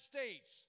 States